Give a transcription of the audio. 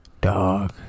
Dog